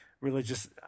Religious